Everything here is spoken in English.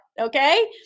Okay